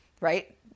right